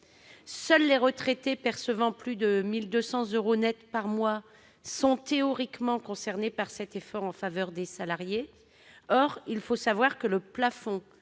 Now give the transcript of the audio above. Seuls les retraités percevant plus de 1 200 euros net par mois sont théoriquement concernés par cet effort en faveur des salariés. Or il faut savoir que le plafond